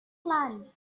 land